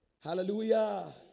Hallelujah